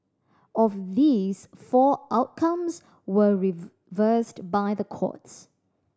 of these four outcomes were reversed by the courts